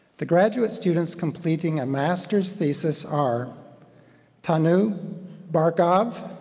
the graduate students completing a master's thesis are tanu barkov.